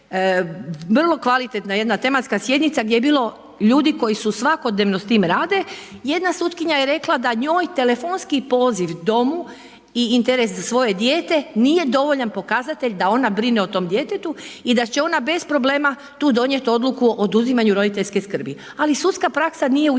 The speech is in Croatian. vrlo kvalitetna jedna tematska sjednica gdje je bilo ljudi koji svakodnevno s tim rade, jedna sutkinja je rekla da njoj telefonski poziv domu i interes za svoje dijete, nije dovoljan pokazatelj da ona brine o tom djetetu i da će ona bez problema tu donijeti odluku o oduzimanju roditeljske skrbi ali sudska praksa nije ujednačena.